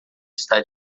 está